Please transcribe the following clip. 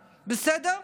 בסדר?